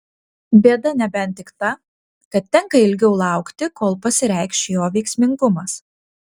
bėda nebent tik ta kad tenka ilgiau laukti kol pasireikš jo veiksmingumas